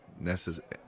necessary